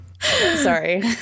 sorry